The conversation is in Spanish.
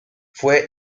fue